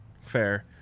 fair